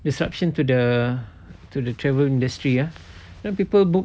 disruption to the to the travel industry then people book